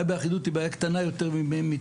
הבעיה באחידות היא בעיה קטנה יותר מטעויות.